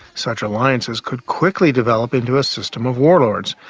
such alliances could quickly develop into a system of warlords,